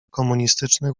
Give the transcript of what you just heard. komunistycznych